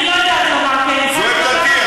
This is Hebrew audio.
אני לא יודעת לומר את זה, זאת עמדתי.